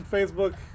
Facebook